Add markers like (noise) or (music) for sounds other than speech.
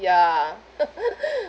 ya (laughs)